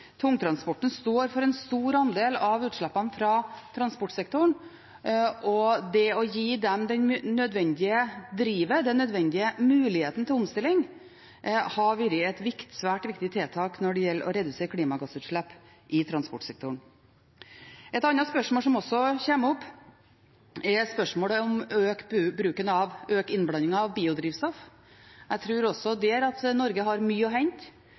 Tungtransporten står for en stor andel av utslippene fra transportsektoren, og det å gi dem det nødvendige drivet, den nødvendige muligheten til omstilling, har vært et svært viktig tiltak når det gjelder å redusere klimagassutslipp i transportsektoren. Et annet spørsmål som kommer opp, er spørsmålet om økt innblanding av biodrivstoff. Jeg tror også der at Norge har mye å hente.